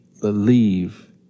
believe